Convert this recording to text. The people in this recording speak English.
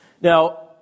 Now